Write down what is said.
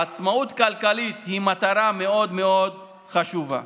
עצמאות כלכלית היא מטרה מאוד מאוד חשובה.